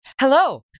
Hello